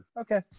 Okay